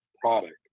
product